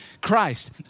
Christ